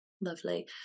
lovely